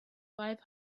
five